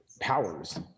powers